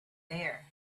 there